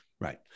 Right